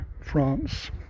France